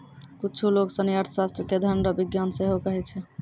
कुच्छु लोग सनी अर्थशास्त्र के धन रो विज्ञान सेहो कहै छै